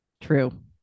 True